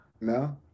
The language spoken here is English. no